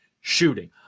shooting